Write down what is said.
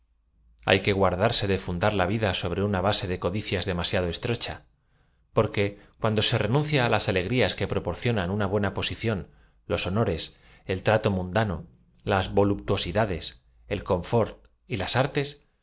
ay que guardarse de fundar la vid a sobre una base de codicias demasiado estrocha porqae cuando se renuncia á jas alegrías que proporcionan una bue na posición los honores el trato mundano las vo laptuosidades el confort y las artes